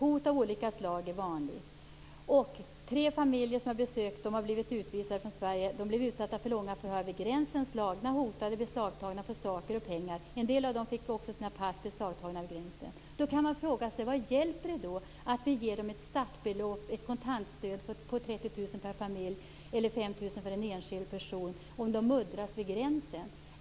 Hot av olika slag är vanligt. Tre familjer som jag har besökt som har blivit utvisade från Sverige blev utsatta för långa förhör vid gränsen, slagna, hotade, beslagtagna på saker och pengar. En del av dem fick också sina pass beslagtagna vid gränsen. Då kan man fråga sig: Vad hjälper det att vi ger dessa människor ett startbelopp, ett kontantstöd på 30 000 kr per familjer eller 5 000 för en enskild person, om de muddras vid gränsen?